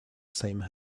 same